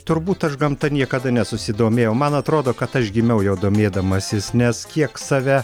turbūt aš gamta niekada nesusidomėjau man atrodo kad aš gimiau jau domėdamasis nes kiek save